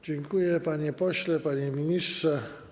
Dziękuję, panie pośle, panie ministrze.